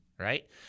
right